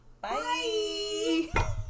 Bye